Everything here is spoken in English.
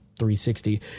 360